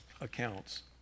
accounts